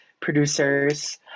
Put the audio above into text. producers